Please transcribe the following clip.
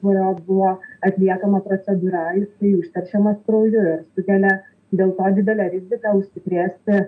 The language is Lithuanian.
kurio buvo atliekama procedūra kai užteršiamas krauju ir sukelia dėl to didelę riziką užsikrėsti